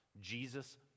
Jesus